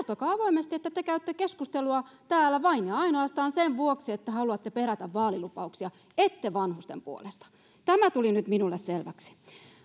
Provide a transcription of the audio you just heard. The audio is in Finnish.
avoimesti että te te käytte keskustelua täällä vain ja ainoastaan sen vuoksi että haluatte perätä vaalilupauksia ette vanhusten puolesta tämä tuli minulle nyt selväksi